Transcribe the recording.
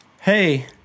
Hey